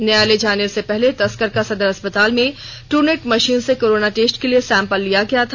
न्यायालय जाने से पूर्व तस्कर का सदर अस्पताल में ट्रनेट मशीन से कोरोना टेस्ट के लिए सैंपल लिया गया था